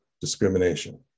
discrimination